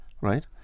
right